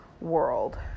world